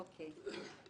אוקי.